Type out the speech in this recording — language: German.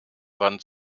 wand